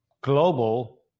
Global